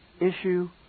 issue